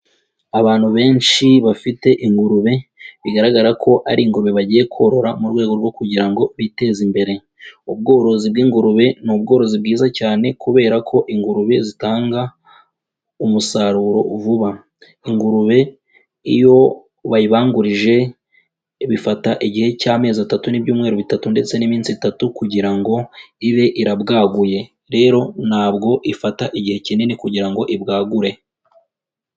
Abantu benshi bafite ingurube bigaragara ko ari ingurube bagiye korora mu rwego rwo kugira ngo biteze imbere, ubworozi bw'ingurube ni ubworozi bwiza cyane kubera ko ingurube zitanga umusaruro vuba, ingurube iyo bayibangurije bifata igihe cy'amezi atatu n'ibyumweru bitatu ndetse n'iminsi itatu kugira ngo ibe irabwaguye, rero ntabwo ifata igihe kinini kugira ngo ibwagure.